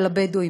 של הבדואים,